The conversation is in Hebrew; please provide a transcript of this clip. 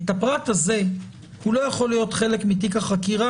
הפרט הזה לא יכול להיות חלק מתיק החקירה,